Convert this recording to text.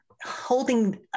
Holding